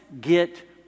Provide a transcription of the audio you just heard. get